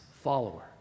follower